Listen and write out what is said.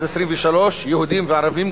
יהודים וערבים,